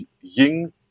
Ying